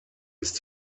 ist